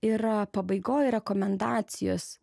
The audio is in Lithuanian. yra pabaigoj rekomendacijos